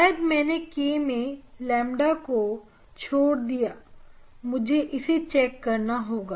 शायद मैंने K मैं ƛ को छोड़ दिया मुझे इसे चेक करना होगा